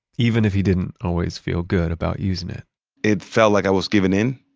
even if he didn't always feel good about using it it felt like i was giving in,